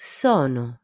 sono